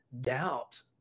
doubt